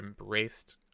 embraced